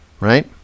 right